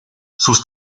sus